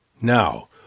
Now